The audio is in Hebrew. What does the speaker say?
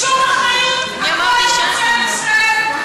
שום אחריות, הכול זה ממשלת ישראל?